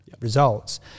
results